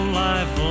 life